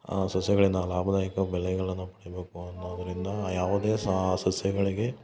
ಆ ಸಸ್ಯಗಳಿಂದ ಲಾಭದಾಯಕ ಬೆಲೆಗಳನ್ನ ಪಡಿಬೇಕು ಅನ್ನೋದರಿಂದ ಯಾವುದೇ ಸಾ ಸಸ್ಯಗಳಿಗೆ